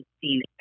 seen